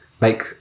make